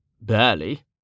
Barely